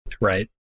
Right